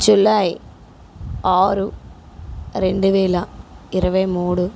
July ఆరు రెండు వేల ఇరవై మూడు